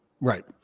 right